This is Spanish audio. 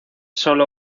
solo